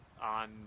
on